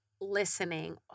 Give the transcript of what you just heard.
listening